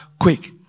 quick